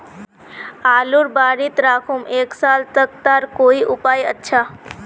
आलूर बारित राखुम एक साल तक तार कोई उपाय अच्छा?